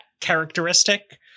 characteristic